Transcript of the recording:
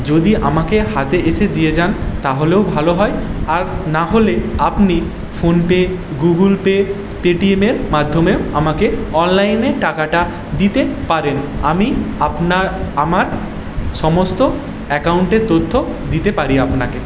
যদি আমাকে হাতে এসে দিয়ে যান তাহলেও ভালো হয় আর না হলে আপনি ফোনপে গুগলপে পেটিএমের মাধ্যমেও আমাকে অনলাইনে টাকাটা দিতে পারেন আমি আপনার আমার সমস্ত অ্যাকাউন্টের তথ্য দিতে পারি আপনাকে